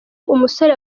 umusore